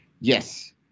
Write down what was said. Yes